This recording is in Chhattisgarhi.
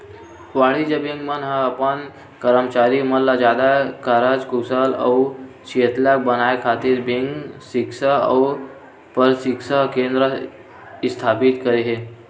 वाणिज्य बेंक मन ह अपन करमचारी मन ल जादा कारज कुसल अउ चेतलग बनाए खातिर बेंकिग सिक्छा अउ परसिक्छन केंद्र इस्थापित करे हे